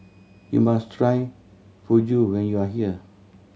you must try Fugu when you are here